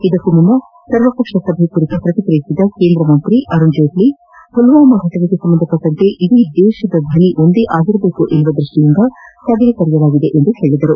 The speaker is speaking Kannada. ಇದಕ್ಕೂ ಮುನ್ನ ಸರ್ವ ಪಕ್ಷ ಸಭೆ ಕುರಿತು ಪ್ರತಿಕ್ರಿಯಿಸಿದ ಕೇಂದ್ರ ಸಚಿವ ಅರುಣ್ ಜೀಟ್ಲ ಪುಲ್ಹಾಮಾ ಘಟನೆಗೆ ಸಂಬಂಧಿಸಿದಂತೆ ಇಡೀ ದೇಶದ ಧ್ವನಿ ಒಂದೇ ಆಗಿರಬೇಕೆಂಬ ದೃಷ್ಷಿಯಿಂದ ಸಭೆ ಕರೆಯಲಾಗಿದೆ ಎಂದು ಹೇಳಿದರು